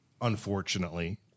unfortunately